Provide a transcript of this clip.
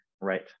right